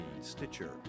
Stitcher